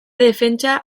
defentsa